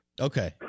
okay